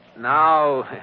now